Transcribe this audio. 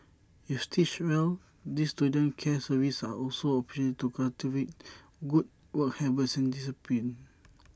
if stitched well these student care services are also opportunities to cultivate good work habits and discipline